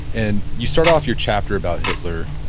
and you start off your chapter about hitler,